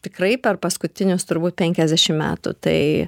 tikrai per paskutinius turbūt penkiasdešimt metų tai